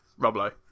Roblo